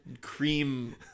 cream